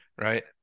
Right